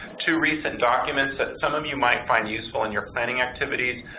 two recent documents that some of you might find useful in your planning activities.